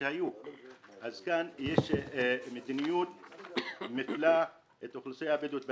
כאן יש מדיניות שמפלה את האוכלוסייה הבדואית בנגב.